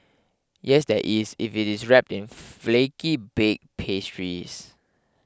yes there is if it's wrapped in flaky bake pastries